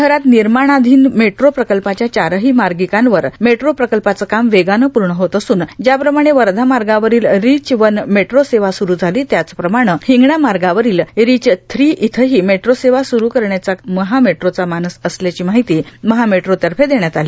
शहरात निर्माणाधिन मेट्रो प्रकल्पाच्या चारही मार्गिकांवर मेट्रो प्रकल्पाचं काम वेगानं पूर्ण होत असून ज्याप्रमाणे वर्धा मार्गावरील रिच वन मेट्रो सेवा सुरू झाली त्याचप्रमाणे हिंगणा मार्गावरील रिच थ्री इथंही मेट्रो सेवा स़रू करण्याचा महा मेट्रोचा मानस असल्याची माहिती महामेट्रोतर्फे देण्यात आली